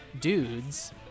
dudes